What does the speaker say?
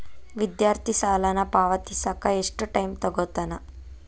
ವಿದ್ಯಾರ್ಥಿ ಸಾಲನ ಪಾವತಿಸಕ ಎಷ್ಟು ಟೈಮ್ ತೊಗೋತನ